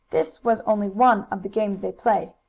this was only one of the games they played.